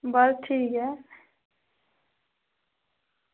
बस ठीक ऐ